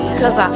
cause